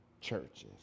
churches